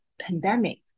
pandemic